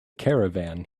caravan